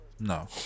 No